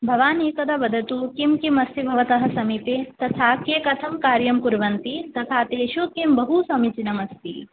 भवान् एकदा वदतु किं किम् अस्ति भवतः समीपे तथा के कथं कार्यं कुर्वन्ति तथा तेषु किं बहु समीचीनमस्ति